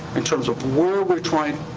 in terms of where we're trying.